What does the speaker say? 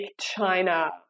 China